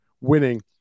winning